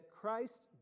Christ